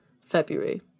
February